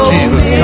Jesus